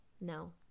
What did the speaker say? No